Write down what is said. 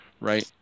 right